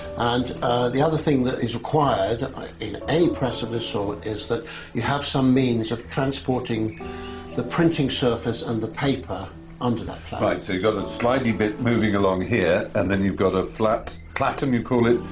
and the other thing that is required in any press of this sort is that you have some means of transporting the printing surface and the paper under that platen. so you've got a slidey bit moving along here, and then you've got a platen, you call it.